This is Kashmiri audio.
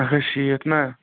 اکھ ہَتھ شیٖتھ نا